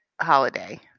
holiday